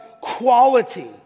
quality